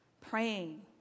praying